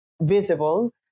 visible